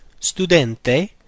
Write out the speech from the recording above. Studente